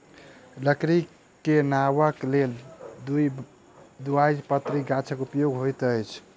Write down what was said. लकड़ी के नावक लेल द्विबीजपत्री गाछक उपयोग होइत अछि